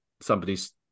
somebody's